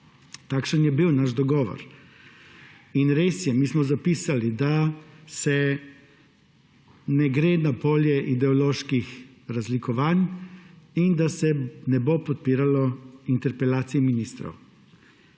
Takšen je bil naš dogovor. In res je, mi smo zapisali, da se ne gre na polje ideoloških razlikovanj in da se ne bo podpiralo interpelacij ministrov.